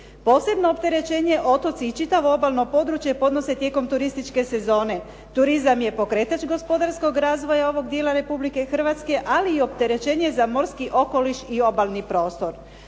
Posebno opterećenje otoci i čitavo obalno područje podnose tijekom turističke sezone. Turizam je pokretač gospodarskog razvoja ovog dijela Republike Hrvatske ali i opterećenje za morski okoliš i obalni prostor.